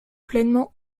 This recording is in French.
pleinement